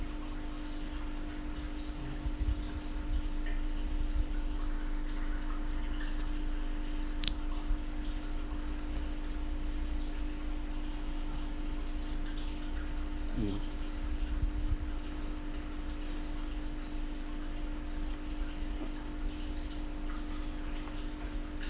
mm